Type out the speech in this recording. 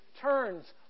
turns